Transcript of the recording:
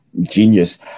genius